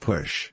Push